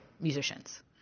musicians